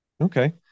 Okay